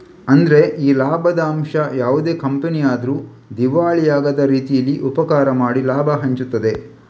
ಅಂದ್ರೆ ಈ ಲಾಭದ ಅಂಶ ಯಾವುದೇ ಕಂಪನಿ ಆದ್ರೂ ದಿವಾಳಿ ಆಗದ ರೀತೀಲಿ ಉಪಕಾರ ಮಾಡಿ ಲಾಭ ಹಂಚ್ತದೆ